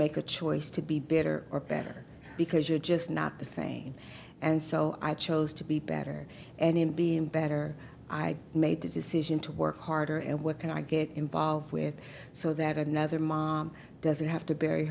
make a choice to be bitter or better because you're just not the same and so i chose to be better and in being better i made the decision to work harder and what can i get involved with so that another mom doesn't have to bury